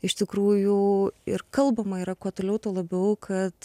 iš tikrųjų ir kalbama yra kuo toliau tuo labiau kad